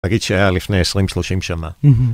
אגיד שהיה לפני 20-30 שנה.